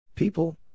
People